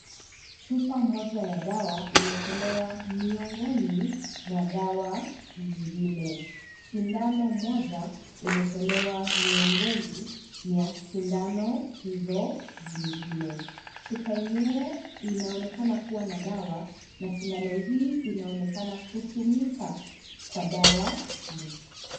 Chupa moja ya dawa imetolewa miongoni mwa dawa nyingine. Sindano moja imetolewa miongoni mwa sindano hizo zingine. Chupa yenyewe inaonekana kuwa na dawa, na sindano huu inaonekana kutumika kwa dawa hii.